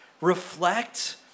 reflect